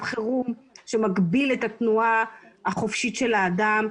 חירום שמגביל את התנועה החופשית של האדם,